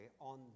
on